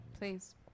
please